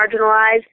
marginalized